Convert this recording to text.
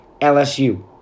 LSU